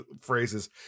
phrases